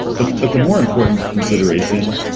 but but the more important consideration